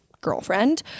girlfriend